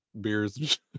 Beers